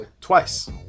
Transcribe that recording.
Twice